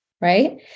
right